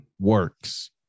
works